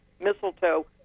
mistletoe